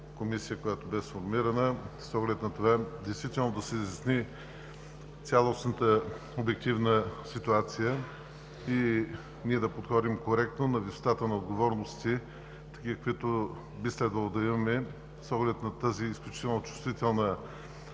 комисия. Тя беше сформирана с оглед на това да се изясни цялостната обективна ситуация и да подходим коректно, на висотата на отговорностите, които би следвало да имаме на тази изключително чувствителна